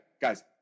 Guys